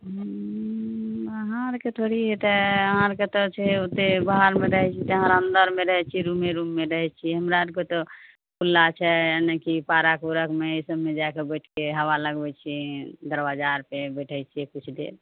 अहाँ आरके थोड़ी हेतै अहाँ आरके तऽ छै ओते बाहरमे रहै छी तऽ अहाँ अन्दरमे रहै छी रूमे रूममे रहै छियै हमरा आरके तऽ खुल्ला छै एने कि पार्क ऊर्कमे एहि सबमे जाके बैठके हवा लगबै छियै दरवाजा आर पे बैठै छियै किछु देर